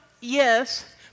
yes